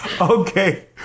Okay